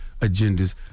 agendas